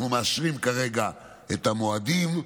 אנחנו מאשרים כרגע את המועדים,